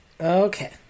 Okay